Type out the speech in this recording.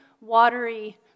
watery